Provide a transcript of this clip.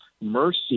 Mercy